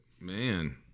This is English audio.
man